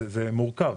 זה מורכב.